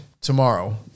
tomorrow